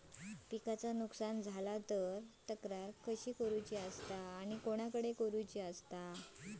पिकाचा नुकसान झाला तर तक्रार कशी करूची आणि कोणाकडे करुची?